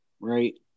right